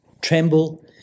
Tremble